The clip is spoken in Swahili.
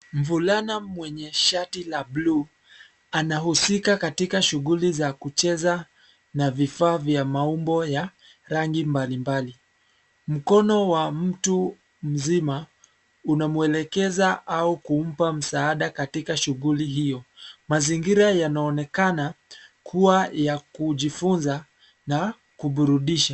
Mvulana mwenye shati la bluu anahusika katika shughuli za kucheza na vifaa vya maumbo ya rangi mbalimbali. Mkono wa mtu mzima unamwelekeza au kumpa msaada katika shughuli hiyo. Mazingira yanaonekana kuwa ya kujifunza na kuburudisha.